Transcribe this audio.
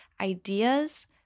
ideas